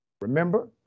Remember